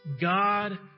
God